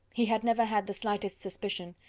he had never had the slightest suspicion.